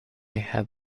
have